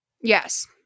Yes